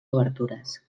obertures